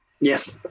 Yes